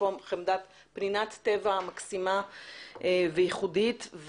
פנינת טבע מקסימה וייחודית,